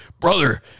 brother